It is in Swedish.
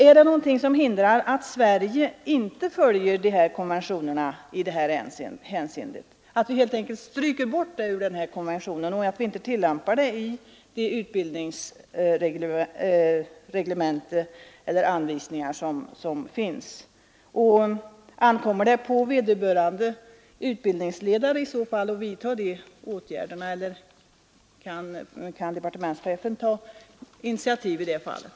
Är det någonting som hindrar att Sverige där inte följer konventionen, att vi helt enkelt stryker bort det och inte tillämpar det i utbildningsreglemente och övriga anvisningar? Ankommer det i så fall på vederbörande utbildningsledare att vidta sådana åtgärder, eller kan departementschefen ta ett sådant initiativ?